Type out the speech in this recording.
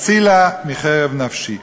הצילה מחרב נפשי.